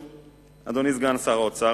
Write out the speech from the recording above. אדוני סגן שר האוצר,